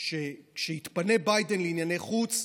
שכשיתפנה ביידן לענייני חוץ,